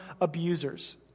abusers